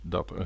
Dat